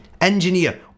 engineer